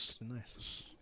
Nice